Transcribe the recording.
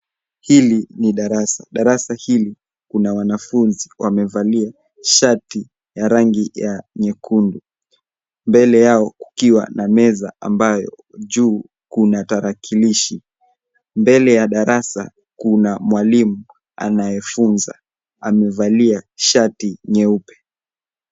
Hili ni darasa. Darasa hili kuna wanafunzi wamevalia shati ya rangi ya nyekundu mbele yao kukiwa na meza ambayo juu kuna tarakilishi. Mbele ya darasa kuna mwalimu anayefunza. Amevalia shati nyeupe.